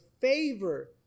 favor